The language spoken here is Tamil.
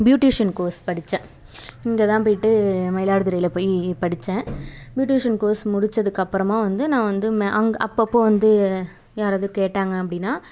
பியூட்டிஷியன் கோர்ஸ் படித்தேன் இங்கே தான் போய்விட்டு மயிலாடுதுறையில் போய் படித்தேன் பியூட்டிஷியன் கோர்ஸ் முடித்ததுக்கு அப்புறமா வந்து நான் வந்து மே அங்கே அப்பப்போது வந்து யாராவது கேட்டாங்க அப்படின்னா